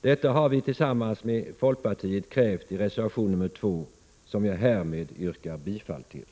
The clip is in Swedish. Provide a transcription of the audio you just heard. Detta har vi tillsammans med folkpartiet krävt i reservation 2, som jag härmed yrkar bifall till.